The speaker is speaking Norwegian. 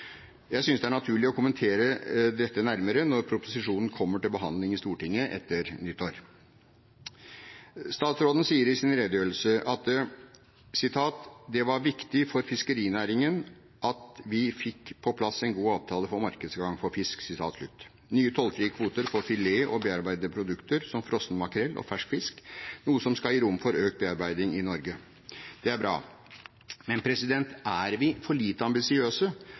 Jeg synes det er naturlig å kommentere dette nærmere når proposisjonen kommer til behandling i Stortinget etter nyttår. Statsråden sier i sin redegjørelse: «Det var viktig for fiskerinæringen at vi fikk på plass en god avtale for markedsadgang for fisk.» Den gir nye tollfrie kvoter for filet og bearbeidede produkter som frossen makrell og fersk fisk, noe som skal gi rom for økt bearbeiding i Norge. Det er bra. Men er vi for lite ambisiøse